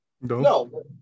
No